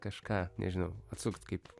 kažką nežinau atsukt kaip